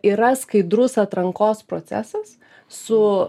yra skaidrus atrankos procesas su